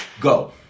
go